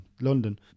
London